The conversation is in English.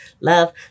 love